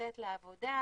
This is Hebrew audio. לצאת לעבודה,